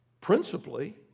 principally